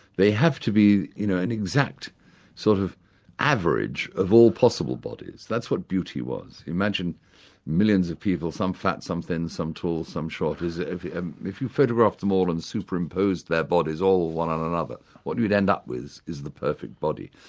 they have to be you know an exact sort of average of all possible bodies. that's what beauty was. imagine millions of people some fat, some thin, some tall, some short, if if you photographed them all and superimposed their bodies all one on another, what you'd end up with is the perfect body.